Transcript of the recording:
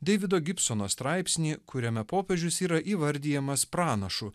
deivido gibsono straipsnį kuriame popiežius yra įvardijamas pranašu